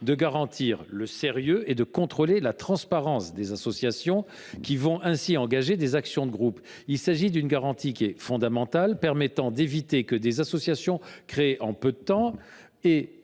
de garantir le sérieux et de contrôler la transparence des associations qui engageront des actions de groupe. Cette garantie est fondamentale afin d’éviter que des associations créées en peu de temps